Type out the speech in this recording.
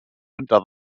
unter